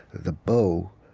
the bow,